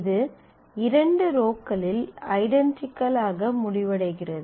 இது இரண்டு ரோக்களில் ஐடென்டிக்கலாக முடிவடைகிறது